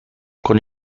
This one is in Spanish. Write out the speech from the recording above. con